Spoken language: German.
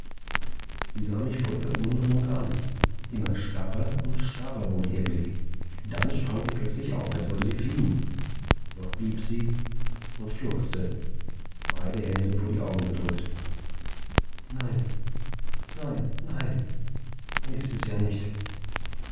sie sah mich voll verwunderung an immer starrer und starrer wurde ihr blick dann sprang sie plötzlich auf als wolle sie fliehen doch blieb sie und schluchzte beide hände vor die augen gedrückt nein nein nein er ist es ja nicht